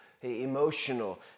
emotional